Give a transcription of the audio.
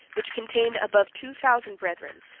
which contained above two thousand brethren,